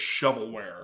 shovelware